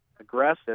aggressive